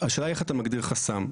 השאלה היא איך אתה מגדיר חסם.